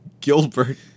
Gilbert